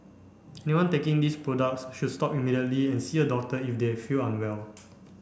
anyone taking these products should stop immediately and see a doctor if they feel unwell